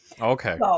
Okay